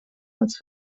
als